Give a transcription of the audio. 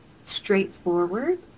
straightforward